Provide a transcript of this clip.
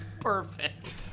perfect